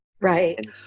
Right